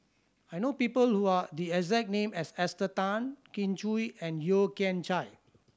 I know people who are the exact name as Esther Tan Kin Chui and Yeo Kian Chai